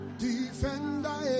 defender